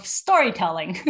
storytelling